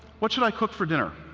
what should i cook for dinner?